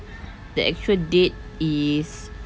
the actual date is